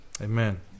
Amen